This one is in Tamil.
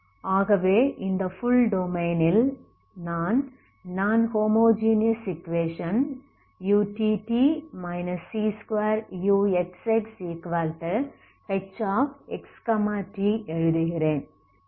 ஆகவே இந்த ஃபுல் டொமைனில் நான் நான் ஹோமோஜீனியஸ் ஈக்குவேஷன் utt c2uxxhxt எழுதுகிறேன்